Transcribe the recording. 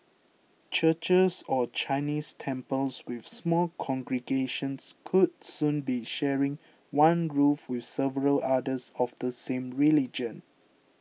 churches or Chinese temples with small congregations could soon be sharing one roof with several others of the same religion